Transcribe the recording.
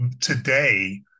today